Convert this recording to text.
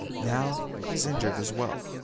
now, he's injured as well.